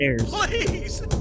please